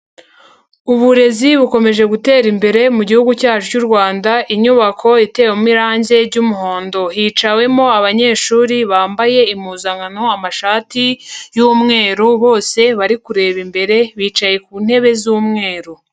Uburezi bukomeje gutera imbere mu gihugu cyacu cy'u Rwanda, inyubako itewemo irangi ry'umuhondo. Hicawemo abanyeshuri bambaye impuzankano, amashati y'umweru, bose bari kureba imbere, bicaye ku ntebe z'umweru.